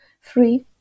free